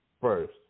first